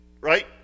right